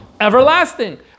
Everlasting